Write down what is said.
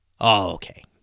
okay